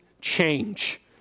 change